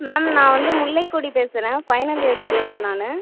ma'am நான் வந்து முல்லைக்கொடி பேசுகிறேன் ஃபைனல் இயர் ஸ்டூடண்ட் நான்